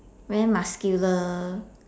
very muscular